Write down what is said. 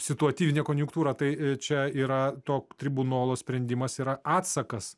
situatyvinę konjunktūrą tai čia yra to tribunolo sprendimas yra atsakas